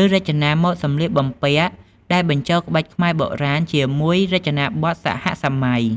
ឬរចនាម៉ូដសម្លៀកបំពាក់ដែលបញ្ចូលក្បាច់ខ្មែរបុរាណជាមួយរចនាបថសហសម័យ។